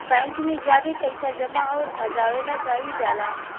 bank में ज्यादे पइसा जमा अउर भजावे ला जाईल जाला